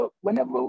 Whenever